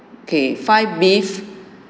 okay five beef